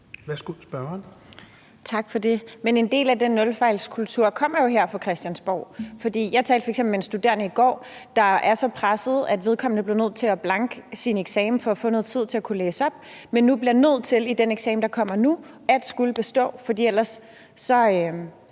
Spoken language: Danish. Velasquez (EL): Tak for det. Men en del af den nulfejlskultur kommer jo her fra Christiansborg. Jeg talte f.eks. med en studerende i går, der er så presset, at vedkommende er nødt til at blanke sin eksamen for at få noget tid til at kunne læse op, men som nu bliver nødt til, i forhold til den eksamen, der kommer nu, at skulle bestå; for ellers